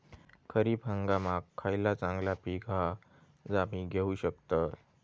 खरीप हंगामाक खयला चांगला पीक हा जा मी घेऊ शकतय?